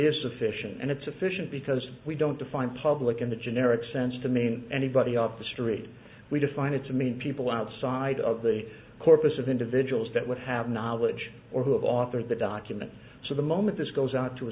is sufficient and it's sufficient because we don't define public in the generic sense to mean anybody on the street we define it to mean people outside of the corpus of individuals that would have knowledge or who authored the document so the moment this goes out to a